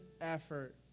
effort